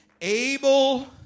Able